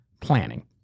planning